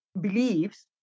beliefs